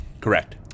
Correct